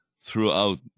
throughout